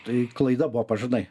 tai klaida buvo pažadai